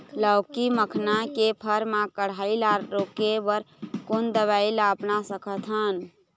लाउकी मखना के फर मा कढ़ाई ला रोके बर कोन दवई ला अपना सकथन?